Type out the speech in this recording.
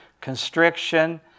constriction